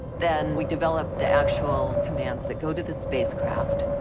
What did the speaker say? then we develop the actual commands that go to the spacecraft.